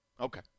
Okay